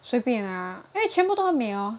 随便啊因为全部都很美:sui bian a yin wei quan bu doui hen mei hor